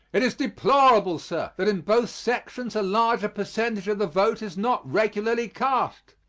it is deplorable, sir, that in both sections a larger percentage of the vote is not regularly cast,